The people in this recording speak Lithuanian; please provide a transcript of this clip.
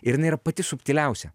ir jinai yra pati subtiliausia